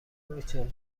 ریچل